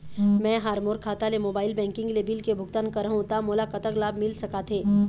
मैं हा मोर खाता ले मोबाइल बैंकिंग ले बिल के भुगतान करहूं ता मोला कतक लाभ मिल सका थे?